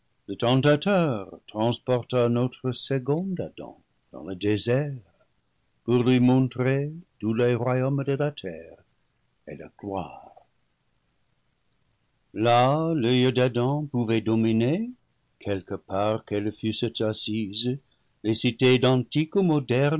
le tentateur transporta notre second adam dans le désert pour lui montrer tous les royaumes de la terre et leur gloire là l'oeil d'adam pouvait dominer quelque part qu'elles fussent assises les cités d'antique